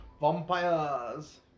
Vampires